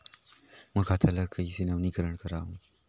मोर खाता ल कइसे नवीनीकरण कराओ?